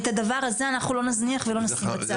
את הדבר הזה אנחנו לא נזניח ולא נשים בצד.